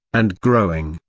and growing,